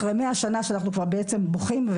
אחרי מאה שנה שאנחנו כבר בעצם בוכים,